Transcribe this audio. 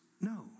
no